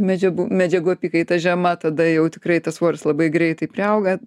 medžiagų medžiagų apykaita žema tada jau tikrai tas svoris labai greitai priauga